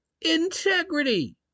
integrity